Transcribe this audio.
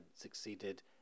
succeeded